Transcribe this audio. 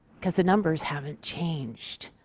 because the numbers haven't changed.